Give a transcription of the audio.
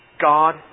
God